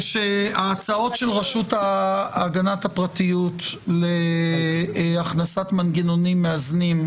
ושההצעות של הרשות להגנת הפרטיות להכנסת מנגנונים מאזנים,